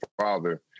father